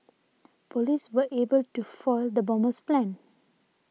police were able to foil the bomber's plans